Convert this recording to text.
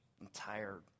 entire